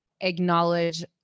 acknowledge